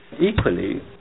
Equally